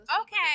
Okay